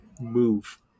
move